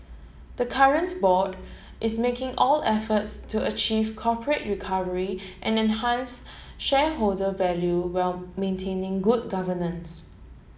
the current board is making all efforts to achieve corporate recovery and enhance shareholder value while maintaining good governance